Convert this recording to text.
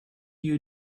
you